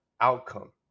outcome